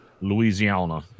Louisiana